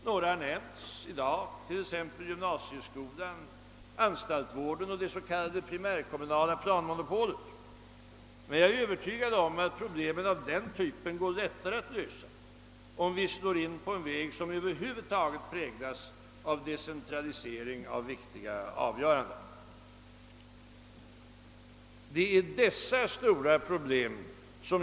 Några har nämnts i dag, t.ex. gymnasieskolan, anstaltsvården och det s.k. primärkommunala planmonopolet, men jag är övertygad om att problem av den typen går lättare att lösa om vi slår in på en väg som över huvud taget präglas av decentralisering av viktiga avgöranden.